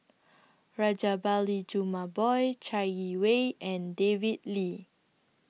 Rajabali Jumabhoy Chai Yee Wei and David Lee